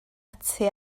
ati